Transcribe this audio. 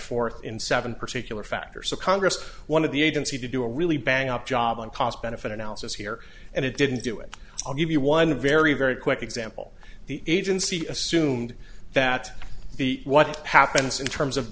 forth in seven particular factors of congress one of the agency to do a really bang up job and cost benefit analysis here and it didn't do it i'll give you one a very very quick example the agency assumed that the what happens in terms of